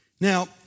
Now